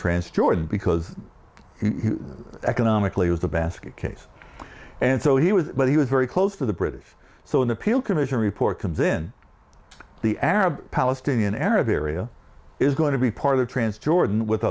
trans jordan because economically was a basket case and so he was but he was very close to the british so when the peel commission report comes in the arab palestinian arab area is going to be part of trans jordan with